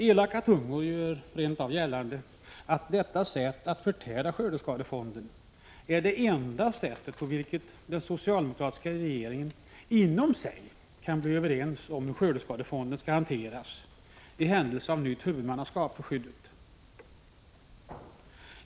Elaka tungor gör rent av gällande att detta sätt att förtära skördeskadefonden är det enda sätt på vilket den socialdemokratiska regeringen inom sig kan bli överens om hur skördeskadefonden skall hanteras i händelse av nytt huvudmannaskap för skyddet.